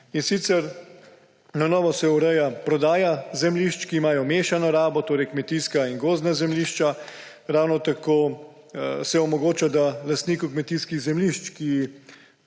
se na novo ureja prodaja zemljišč, ki imajo mešano rabo, torej kmetijska in gozdna zemljišča. Ravno tako se omogoča lastniku kmetijskih zemljišč, na